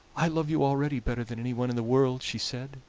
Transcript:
i love you already better than anyone in the world, she said